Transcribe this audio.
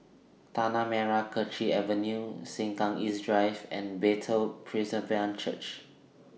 Tanah Merah Kechil Avenue Sengkang East Drive and Bethel Presbyterian Church